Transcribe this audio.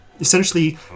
essentially